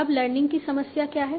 अब लर्निंग की समस्या क्या है